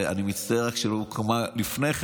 ואני רק מצטער שהיא לא הוקמה לפני כן.